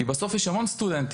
כי בסוף יש המון סטודנטים,